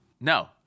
No